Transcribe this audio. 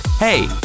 Hey